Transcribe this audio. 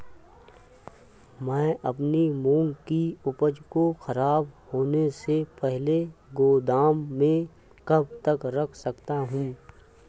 मैं अपनी मूंग की उपज को ख़राब होने से पहले गोदाम में कब तक रख सकता हूँ?